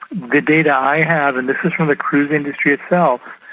the data i have, and this is from the cruise industry itself,